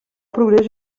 progrés